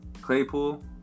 Claypool